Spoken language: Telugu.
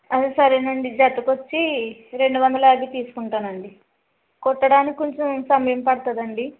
ఆ సరే అండి జతకి వచ్చి రెండు వందల యాభై తీసుకుంటాను అండి కుట్టడానికి కొంచెం సమయం పడుతుంది అండి